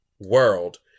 world